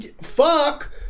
Fuck